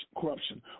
corruption